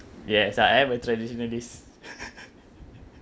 yes I am a traditionalist